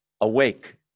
Awake